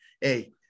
hey